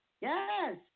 Yes